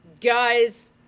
guys